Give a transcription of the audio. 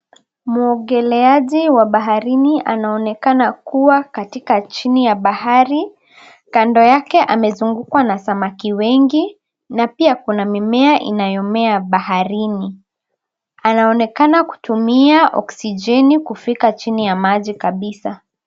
Mwogeleaji wa baharini anaonekana kuwa katika chini ya bahari. Knado yake amezungukwa na samaki wengi na pia kuna mimea inayo mea baharini. Anaonekana kutumia oksijeni kufika chini ya maji kabisa.